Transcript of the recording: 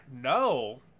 no